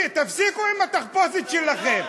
תפסיקו עם התחפושת שלכם.